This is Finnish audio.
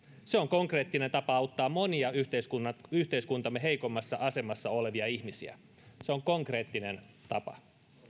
se on konkreettinen tapa auttaa monia yhteiskuntamme yhteiskuntamme heikoimmassa asemassa olevia ihmisiä se on konkreettinen tapa